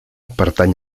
pertany